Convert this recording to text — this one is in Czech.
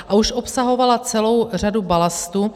A už obsahovala celou řadu balastu.